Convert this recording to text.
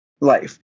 life